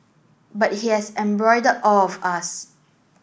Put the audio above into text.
but it has embroiled all of us